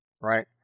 Right